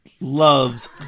loves